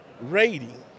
rating